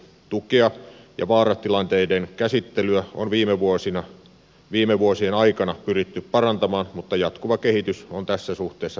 tukea ja vaaratilanteiden käsittelyä on viime vuosien aikana pyritty parantamaan mutta jatkuva kehitys on tässä suhteessa välttämätöntä